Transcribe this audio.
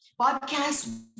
podcast